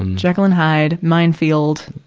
um jekyll and hyde, mind field,